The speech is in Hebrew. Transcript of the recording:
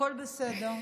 הכול בסדר.